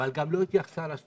אבל היא גם לא התייחסה לסטודנטים.